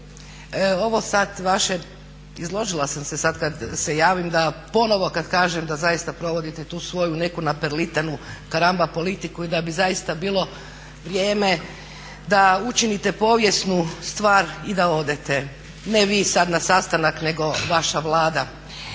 ovo sad vaše, izložila sam se sad kad se javim da ponovo kad kažem da zaista provodite tu svoju neku napirlitanu karamba politiku i da bi zaista bilo vrijeme da učinite povijesnu stvar i da odete. Ne vi sad na sastanak nego vaša Vlada.